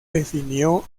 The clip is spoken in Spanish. definió